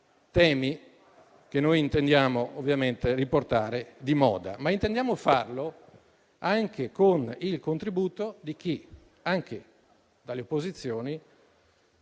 temi che noi intendiamo ovviamente riportare di moda, ma intendiamo farlo anche con il contributo di chi, anche dalle opposizioni,